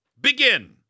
Begin